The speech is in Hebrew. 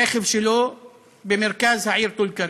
ברכב שלו במרכז העיר טול-כרם.